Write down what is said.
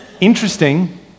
Interesting